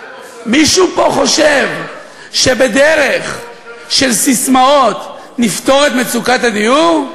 מישהו פה חושב שבדרך של ססמאות נפתור את מצוקת הדיור?